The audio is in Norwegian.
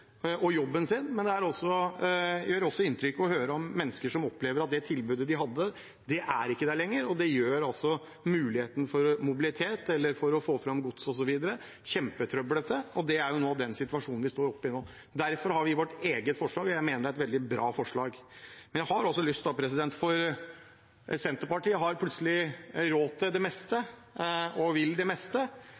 og jobben sin, men det gjør også inntrykk å høre om mennesker som opplever at det tilbudet de hadde, ikke er der lenger. Det gjør også muligheten for mobilitet, å få fram gods osv., kjempetrøblete, og det er den situasjonen vi står oppe i nå. Derfor har vi et eget forslag, og jeg mener det er et veldig bra forslag. Senterpartiet har plutselig råd til det meste og vil det meste, men for et par måneder siden ville de altså ha ett flyselskap – det var vel SAS de skulle redde – og